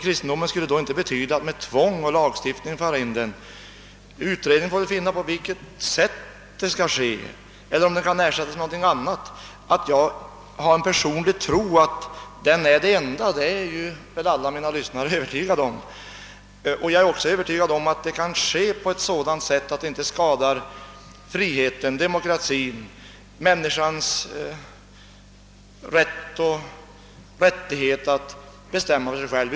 Kristendomen skall inte återinföras med tvång och lagstiftning utan utredningen får finna ut antingen på vilket sätt detta skall ske eller om kristendomen möjligen kan ersättas med någonting annat. Att jag personligen tror att kristendomen är det enda, det är väl alla mina lyssnare på det klara med. Jag är också övertygad om att detta kan ske på ett sådant sätt att det inte skadar friheten, demokratin och människans rättighet att bestämma Över sig själv.